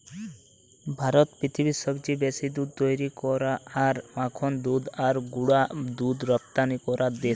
ভারত পৃথিবীর সবচেয়ে বেশি দুধ তৈরী করা আর মাখন দুধ আর গুঁড়া দুধ রপ্তানি করা দেশ